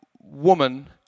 woman